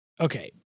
Okay